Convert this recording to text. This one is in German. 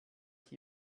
ich